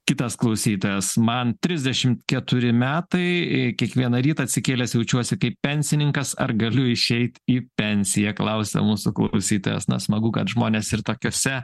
kitas klausytojas man trisdešim keturi metai kiekvieną rytą atsikėlęs jaučiuosi kaip pensininkas ar galiu išeit į pensiją klausia mūsų klausytojas na smagu kad žmonės ir tokiose